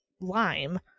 lime